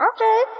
Okay